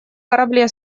корабле